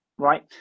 Right